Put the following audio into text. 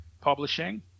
Publishing